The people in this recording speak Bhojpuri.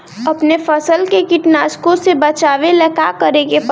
अपने फसल के कीटनाशको से बचावेला का करे परी?